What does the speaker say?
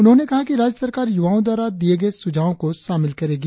उन्होंने कहा कि राज्य सरकार युवाओं द्वारा दिए गए सुझावों को शामिल करेगी